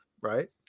right